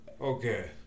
okay